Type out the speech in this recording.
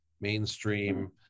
mainstream